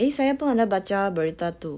eh saya pun ada baca berita tu